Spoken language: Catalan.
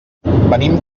venim